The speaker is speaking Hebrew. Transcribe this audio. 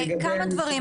כמה דברים.